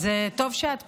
אז טוב שאת פה.